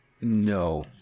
No